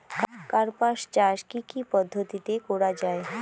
কার্পাস চাষ কী কী পদ্ধতিতে করা য়ায়?